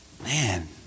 man